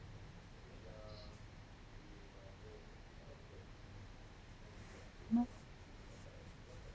no